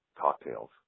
Cocktails